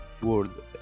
world